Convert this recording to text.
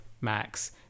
Max